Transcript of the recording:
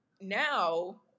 now